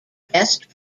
best